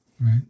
right